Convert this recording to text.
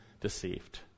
deceived